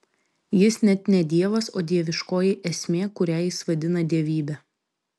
jis net ne dievas o dieviškoji esmė kurią jis vadina dievybe